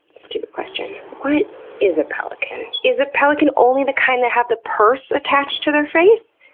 stupid question what is a pelican? is a pelican only the kind that have the purse attached to their face?